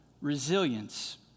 resilience